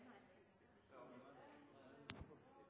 Sammen